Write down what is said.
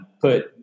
put